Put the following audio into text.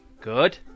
Good